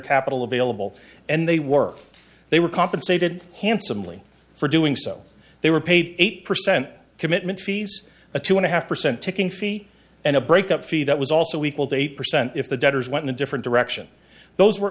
capital available and they work they were compensated handsomely for doing so they were paid eight percent commitment fees a two and a half percent taking fee and a breakup fee that was also equal to eight percent if the debtors went a different direction those were